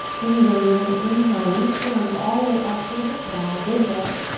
here we go. you're going to inhale, reach the arms all the way up towards the sky, big breath.